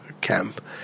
camp